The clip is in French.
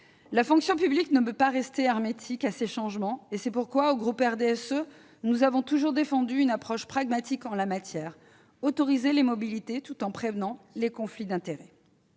La fonction publique ne peut rester hermétique à ces changements, et c'est pourquoi, au sein du groupe du RDSE, nous avons toujours défendu une approche pragmatique en la matière : autoriser les mobilités tout en prévenant les conflits d'intérêts.